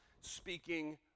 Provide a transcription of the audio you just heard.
speaking